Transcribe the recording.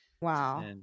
Wow